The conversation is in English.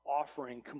offering